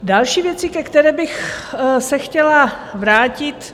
Další věcí, ke které bych se chtěla vrátit...